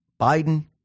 Biden